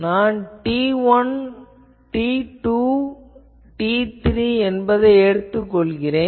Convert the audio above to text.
நான் T1 அல்லது T2 அல்லது T3 என்பதை எடுத்துக் கொள்கிறேன்